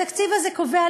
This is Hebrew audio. התקציב הזה קובע,